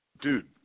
dude